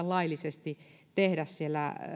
laillisesti tehdä siellä